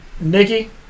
Nikki